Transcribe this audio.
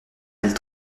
elles